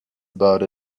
about